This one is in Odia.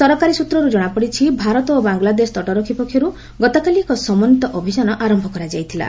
ସରକାରୀ ସ୍ତର୍ ଜଣାପଡିଛି ଭାରତ ଓ ବାଂଲାଦେଶ ତଟରକ୍ଷୀ ପକ୍ଷର୍ ଗତକାଲି ଏକ ସମନ୍ୱୀତ ଅଭିଯାନ ଆରମ୍ଭ କରାଯାଇଥିଲା